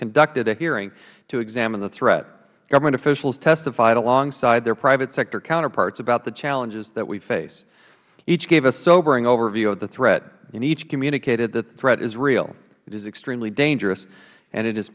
conducted a hearing to examine the threat government officials testified alongside their private sector counterparts about the challenges that we face each gave us sobering overview of the threat and each communicated that the threat is real is extremely dangerous and i